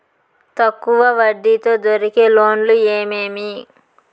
తక్కువ వడ్డీ తో దొరికే లోన్లు ఏమేమీ?